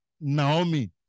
Naomi